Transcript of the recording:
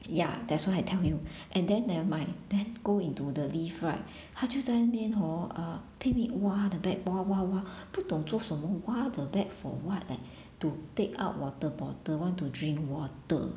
ya that's why I tell you and then nevermind then go into the lift right 她就在那边 hor uh 拼命挖 the bag 挖挖挖不懂做什么挖 the bag for what eh to take out water bottle want to drink water